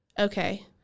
Okay